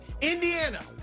Indiana